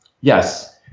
yes